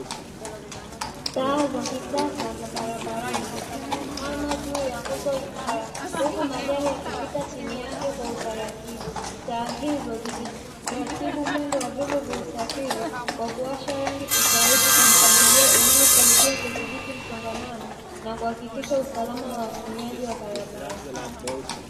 Taa za kisasa za barabarani zimesimama juu ya nguzo imara, huku magari yakipita chini yake kwa utaratibu, taa hizo zikiratibu mwendo wa vyombo vya usafiri kwa kiwasha rangi tofauti kwa mpangilio unaosaidia kudhibiti msongamano; na kuhakikisha usalama wa watumiaji wa barabara.